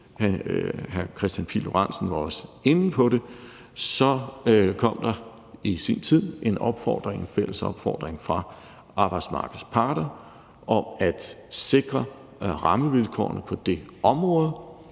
hr. Kristian Pihl Lorentzen var også inde på det – så kom der i sin tid en fælles opfordring fra arbejdsmarkedets parter om at sikre rammevilkårene på det område.